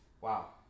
Wow